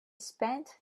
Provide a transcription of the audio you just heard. spent